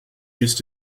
used